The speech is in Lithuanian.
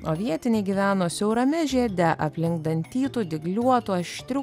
o vietiniai gyveno siaurame žiede aplink dantytų dygliuotų aštrių